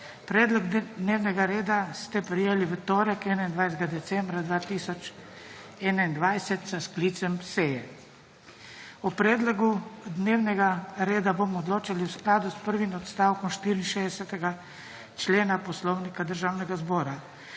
Predloga dnevnega reda ste prejeli v torek, 21. decembra 2021 s sklicem seje. O predlogu dnevnega reda bomo odločali v skladu s prvim odstavkom 64. člena Poslovnika Državnega zbora.